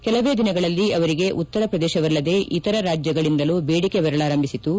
ಕೆಲವೇ ದಿನಗಳಲ್ಲಿ ಅವರಿಗೆ ಉತ್ತರ ಪ್ರದೇಶವಲ್ಲದೇ ಇತರ ರಾಜ್ಯಗಳಿಂದಲೂ ಬೇಡಿಕೆ ಬರಲಾರಂಭಿಸಿತು